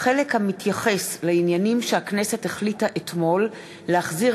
החלק המתייחס לעניינים שהכנסת החליטה אתמול להחזיר